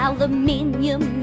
Aluminium